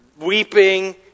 weeping